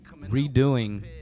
redoing